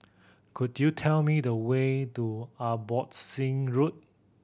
could you tell me the way to Abbotsingh Road